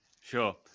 Sure